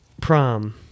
Prom